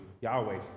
Yahweh